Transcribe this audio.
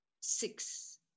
six